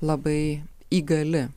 labai įgali